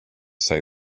say